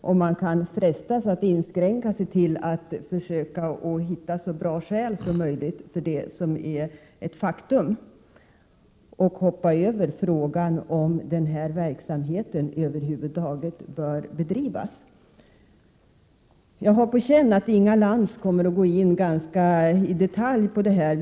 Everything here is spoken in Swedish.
Man kan frestas att inskränka sig till att försöka hitta så bra skäl som möjligt för det som är ett faktum och hoppa över frågan om denna verksamhet över huvud taget bör bedrivas. Jag känner på mig att Inga Lantz kommer att i detalj gå in på detta område.